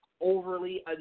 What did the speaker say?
overly